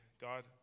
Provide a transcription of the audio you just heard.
God